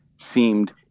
seemed